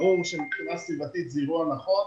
ברור שמבחינה סביבתית זה אירוע נכון,